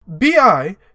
BI